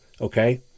okay